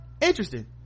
Interesting